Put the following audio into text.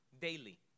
daily